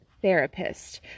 therapist